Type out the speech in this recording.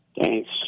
Thanks